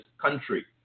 country